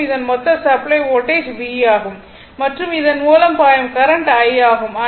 மற்றும் அதன் மொத்த சப்ளை வோல்டேஜ் V மற்றும் இதன் மூலம் பாயும் கரண்ட் I ஆகும்